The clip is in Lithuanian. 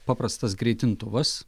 paprastas greitintuvas